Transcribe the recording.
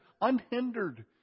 unhindered